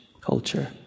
culture